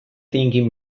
thinking